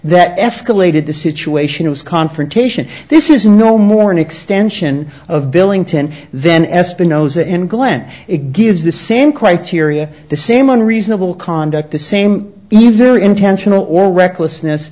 that escalated the situation was confrontation this is no more an extension of billington then espinosa and glenn it gives the same criteria the same unreasonable conduct the same ease their intentional or recklessness